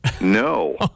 no